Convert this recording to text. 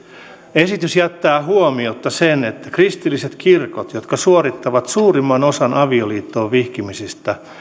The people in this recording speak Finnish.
esitys jättää huomiotta sen että kristilliset kirkot jotka suorittavat suurimman osan avioliittoon vihkimisistä